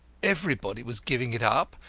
everybody was giving it up.